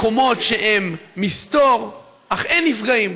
מקומות שהם מסתור, אך אין נפגעים.